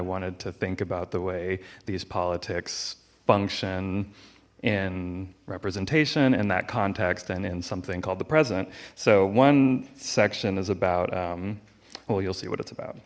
wanted to think about the way these politics function in representation in that context and in something called the president so one section is about well you'll see what it's